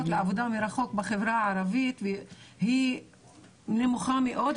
לעבודה מרחוק בחברה הערבית היא נמוכה מאד,